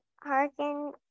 hearken